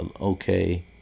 okay